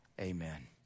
Amen